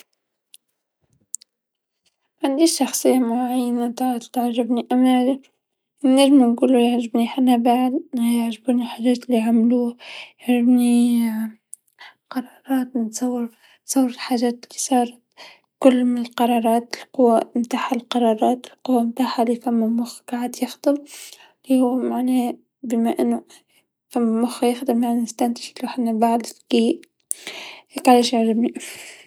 معنديش شخصيه معينه ت- تعجبني، أما ننجمو نقولو يعجبني حنابال، يعجبوني الحاجات ليعملوه، يعجبني قراراتو، نتصور، نتصور الحاجات لصارت الكل من القرارات القوى نتع هاذو القرارات، القوى نتاعها لفما مخ قاعد يخدم وي معناها بما أنو فما مخ يخدم قدرنا نستنتج أنو حنابال كي علاش يعجبني.